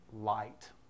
light